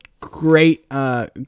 great